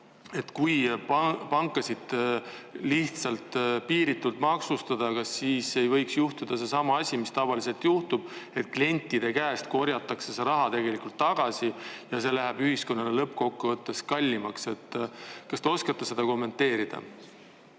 et kui pankasid lihtsalt piiritult maksustada, kas siis ei võiks juhtuda seesama asi, mis tavaliselt juhtub, et klientide käest korjatakse see raha tegelikult tagasi ja see läheb ühiskonnale lõppkokkuvõttes kallimaks. Kas te oskate seda kommenteerida?